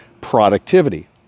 productivity